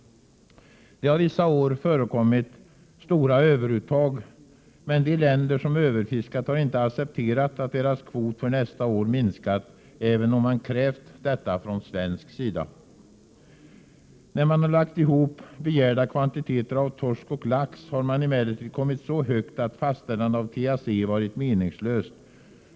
Det har vissa år förekommit stora överuttag, men de länder som överfiskat har inte accepterat att deras kvot för nästa år minskat, även om man krävt detta från svensk sida. När man har lagt ihop begärda kvantiteter av torsk och lax, har man emellertid kommit så högt att fastställande av TAC varit meningslöst.